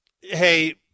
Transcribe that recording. Hey